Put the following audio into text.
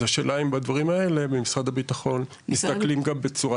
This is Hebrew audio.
אז השאלה היא האם בדברים האלו משרד הביטחון מסתכלים גם בצורה